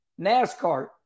NASCAR